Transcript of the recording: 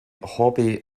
hobby